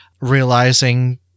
realizing